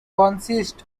consists